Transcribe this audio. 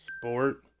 Sport